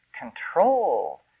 Control